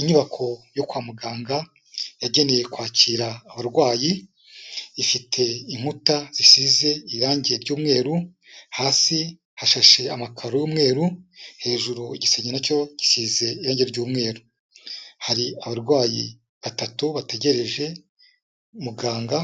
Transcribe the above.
Inyubako yo kwa muganga, yagenewe kwakira abarwayi, ifite inkuta zisize irangi ry'umweru, hasi hashashe amakaro y'umweru, hejuru igisenge na cyo gisize irangi ry'umweru, hari abarwayi batatu bategereje muganga,